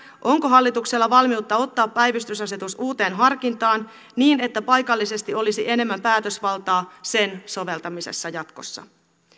onko hallituksella valmiutta ottaa päivystysasetus uuteen harkintaan niin että paikallisesti olisi enemmän päätösvaltaa sen soveltamisessa jatkossa